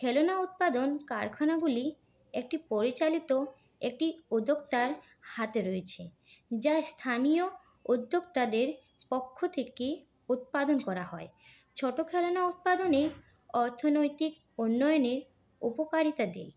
খেলনা উৎপাদন কারখানাগুলি একটি পরিচালিত একটি উদ্যোক্তার হাতে রয়েছে যা স্থানীয় উদ্যোক্তাদের পক্ষ থেকেই উৎপাদন করা হয় ছোটো খেলনা উৎপাদনে অর্থনৈতিক উন্নয়নে উপকারিতাদের